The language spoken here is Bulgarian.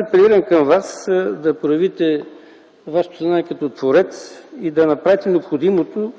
Апелирам към Вас: да проявите Вашето съзнание като творец и да направите необходимото,